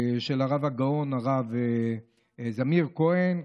של הרב הגאון הרב זמיר כהן.